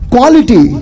Quality